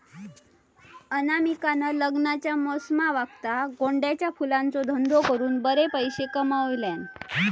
अनामिकान लग्नाच्या मोसमावक्ता गोंड्याच्या फुलांचो धंदो करून बरे पैशे कमयल्यान